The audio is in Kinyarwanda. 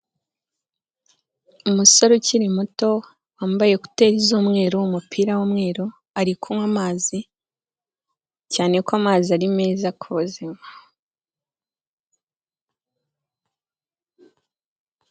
Umusore ukiri muto wambaye ekuteri z'umweru, umupira w'umweru ari kunywa amazi cyane ko amazi ari meza ku buzima.